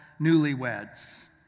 newlyweds